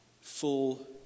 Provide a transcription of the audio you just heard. full